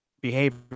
behavior